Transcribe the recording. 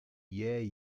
yeah